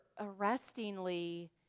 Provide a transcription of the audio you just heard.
arrestingly